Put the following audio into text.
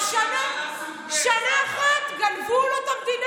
על שנה, הוא ראש הממשלה סוג ב'.